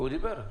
הוא דיבר.